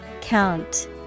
Count